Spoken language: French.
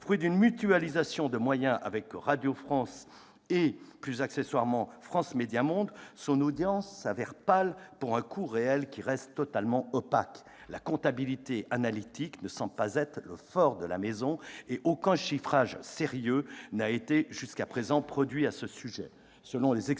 Fruit d'une mutualisation de moyens avec Radio France et, plus accessoirement, avec France Médias Monde, son audience s'avère pâle pour un coût réel qui reste totalement opaque. La comptabilité analytique ne semble pas être le fort de la maison et aucun chiffrage sérieux n'a jusqu'à présent été produit à ce sujet.